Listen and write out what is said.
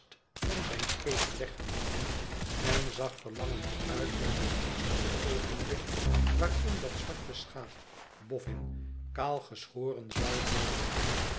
van zijn geest weggenomen en zag verlangend uit naar het gunstige oogen blik waarin dat zwarte schaap boffin kaalgeschoren zou worden